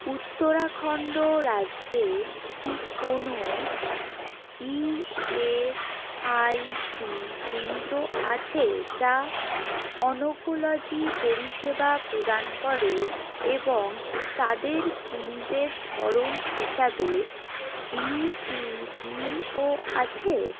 উত্তরাখণ্ড রাজ্যে কি কোনও ইএসআইসি কেন্দ্র আছে যা অনকোলজি পরিষেবা প্রদান করে এবং তাদের কেন্দ্রের ধরন হিসাবে ডিসিবিও আছে